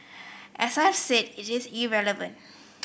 as I have said it is irrelevant